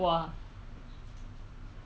不喜欢那么多勾心斗角